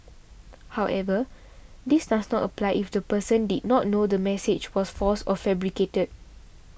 however this does not apply if the person did not know that the message was false or fabricated